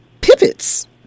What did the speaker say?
pivots